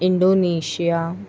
Indonesia